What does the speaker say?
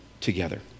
together